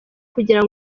kugira